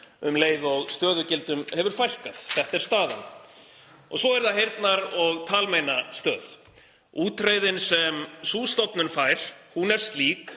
um leið og stöðugildum hefur fækkað. Þetta er staðan. Svo er það Heyrnar- og talmeinastöð. Útreiðin sem sú stofnun fær er slík